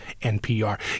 NPR